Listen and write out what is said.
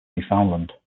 newfoundland